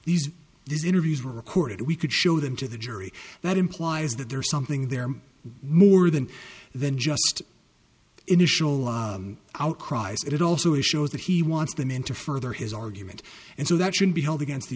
these interviews were recorded we could show them to the jury that implies that there is something there more than than just initial law outcries it also it shows that he wants them into further his argument and so that should be held against the